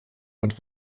und